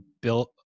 built